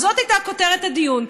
זאת הייתה כותרת הדיון.